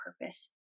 purpose